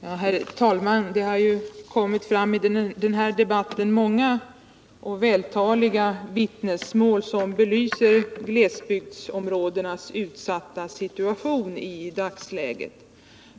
Herr talman! Det har i den här debatten kommit fram många och vältaliga vittnesmål som belyser glesbygdsområdenas utsatta situation.